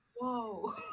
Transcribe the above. whoa